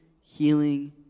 healing